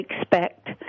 expect